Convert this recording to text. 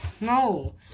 No